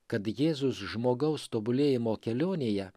kad jėzus žmogaus tobulėjimo kelionėje